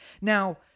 Now